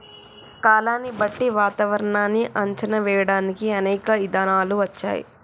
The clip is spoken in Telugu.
కాలాన్ని బట్టి వాతావరనాన్ని అంచనా వేయడానికి అనేక ఇధానాలు వచ్చాయి